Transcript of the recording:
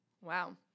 Wow